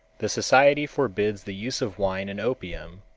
the society forbids the use of wine and opium,